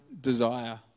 desire